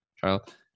child